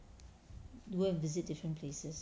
go and visit different places